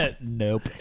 Nope